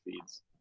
feeds